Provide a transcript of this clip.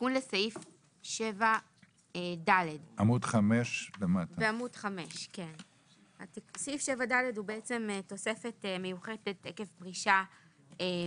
התיקון לסעיף 7ד. סעיף 7ד הוא תוספת מיוחדת עקב פרישה מוקדמת